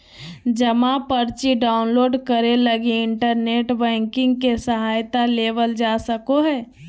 जमा पर्ची डाउनलोड करे लगी इन्टरनेट बैंकिंग के सहायता लेवल जा सको हइ